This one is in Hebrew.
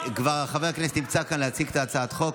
חבר'ה, אני לא צריך עזרה.